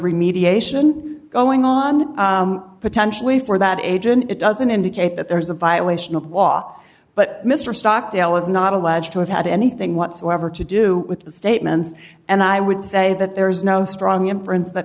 remediation going on potentially for that agent it doesn't indicate that there's a violation of law but mr stockdale is not alleged to have had anything whatsoever to do with the statements and i would say that there is no strong inf